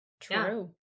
True